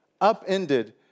upended